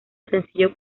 sencillo